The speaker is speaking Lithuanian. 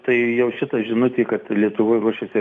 tai jau šita žinutė kad lietuvoj ruošiasi